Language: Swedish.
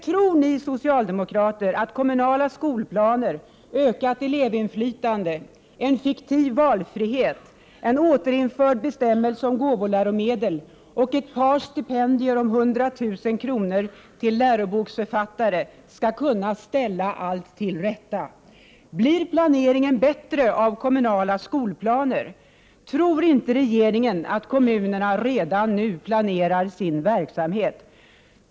Tror ni socialdemokrater att kommunala skolplaner, ökat elevinflytande, en fiktiv valfrihet, en återinförd bestämmelse om gåvoläromedel och ett par stipendier om 100 000 kr. till läroboksförfattare skall kunna ställa allt till rätta? Blir planeringen bättre av kommunala skolplaner? Tror inte regeringen att kommunerna redan nu planerar sin verksamhet?